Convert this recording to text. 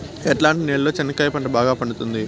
ఎట్లాంటి నేలలో చెనక్కాయ పంట బాగా పండుతుంది?